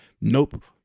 nope